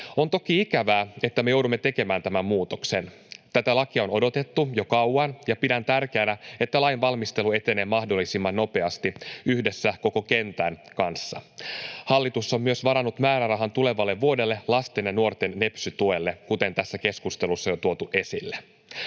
On toki ikävää, että me joudumme tekemään tämän muutoksen. Tätä lakia on odotettu jo kauan, ja pidän tärkeänä, että lain valmistelu etenee mahdollisimman nopeasti, yhdessä koko kentän kanssa. Hallitus on myös varannut määrärahan tulevalle vuodelle lasten ja nuorten nepsy-tuelle, kuten tässä keskustelussa on jo tuotu esille.